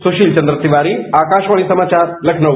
सुशील चंद्र तिवारी आकाशवाणी समाचार लखनऊ